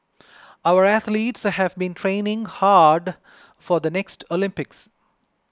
our athletes have been training hard for the next Olympics